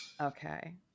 Okay